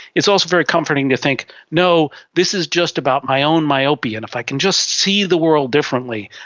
it's also very comforting to think, no, this is just about my own myopia, and if i can just see the world differently,